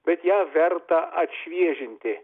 bet ją verta atšviežinti